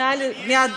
מעניין למה.